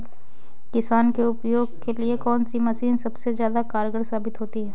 किसान के उपयोग के लिए कौन सी मशीन सबसे ज्यादा कारगर साबित होती है?